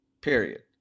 period